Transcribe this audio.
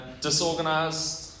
disorganized